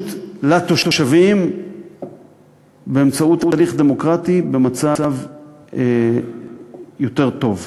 לתושבים באמצעות הליך דמוקרטי במצב יותר טוב.